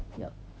yup